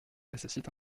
nécessite